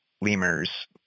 lemurs